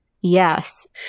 Yes